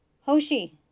Hoshi